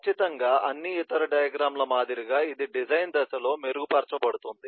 ఖచ్చితంగా అన్ని ఇతర డయాగ్రమ్ ల మాదిరిగా ఇది డిజైన్ దశలో మెరుగుపరచబడుతుంది